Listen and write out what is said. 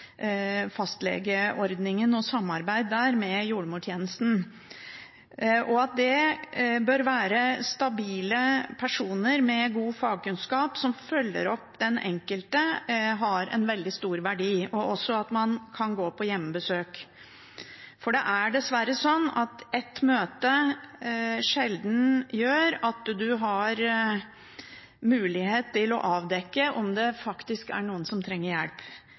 stabile personer med god fagkunnskap som følger opp den enkelte, har en veldig stor verdi – og også at man kan gå på hjemmebesøk. For det er dessverre sånn at ett møte sjelden gjør at man har mulighet til å avdekke om det faktisk er noen som trenger hjelp.